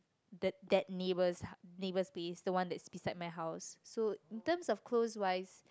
that that neighbour neighbour space the one that's beside my house so in terms of close wise